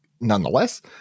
nonetheless